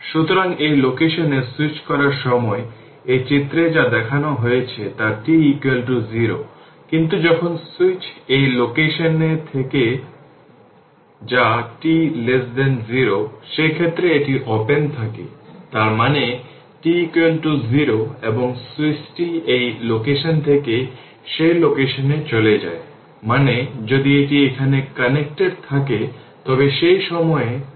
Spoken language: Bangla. সুতরাং এই লোকেশন এ স্যুইচ করার সময় এই চিত্রে যা দেখানো হয়েছে তা t0 কিন্তু যখন সুইচ এই লোকেশন এ থাকে যা t 0 সেক্ষেত্রে এটি ওপেন থাকে তার মানে t 0 এবং সুইচটি এই লোকেশন থেকে সেই লোকেশন এ চলে যায় মানে যদি এটি এখানে কানেক্টেড থাকে তবে সেই সময়ে t i 3 হবে